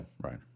right